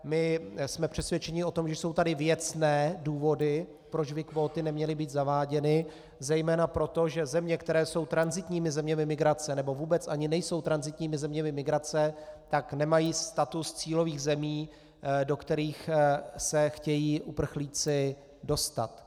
My jsme přesvědčeni o tom, že jsou tady věcné důvody, proč by kvóty neměly být zaváděny, zejména proto, že země, které jsou tranzitními zeměmi migrace, nebo vůbec ani nejsou tranzitními zeměmi migrace, tak nemají status cílových zemí, do kterých se chtějí uprchlíci dostat.